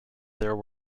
there